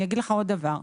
אני אגיד לך עוד דבר.